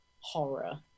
horror